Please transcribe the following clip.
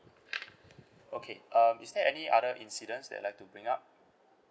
okay um is there any other incidents that you like to bring up